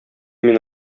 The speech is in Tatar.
мин